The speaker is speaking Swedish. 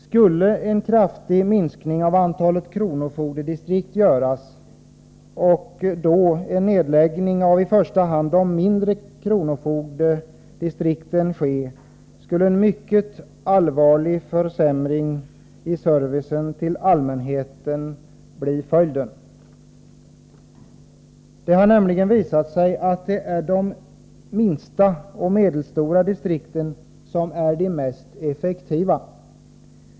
Skulle det bli en kraftig minskning av antalet kronofogdedistrikt och en nedläggning av i första hand de mindre kronofogdedistrikten ske, då blev följden en mycket allvarlig försämring i servicen till allmänheten. Det har nämligen visat sig att de minsta och medelstora distrikten är de effektivaste.